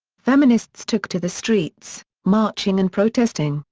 feminists took to the streets, marching and protesting,